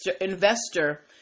investor